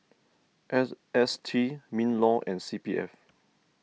S S T MinLaw and C P F